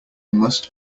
must